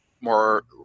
more